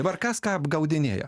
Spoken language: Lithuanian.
dabar kas ką apgaudinėja